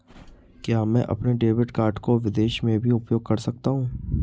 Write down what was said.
क्या मैं अपने डेबिट कार्ड को विदेश में भी उपयोग कर सकता हूं?